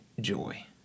joy